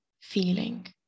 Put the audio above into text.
feeling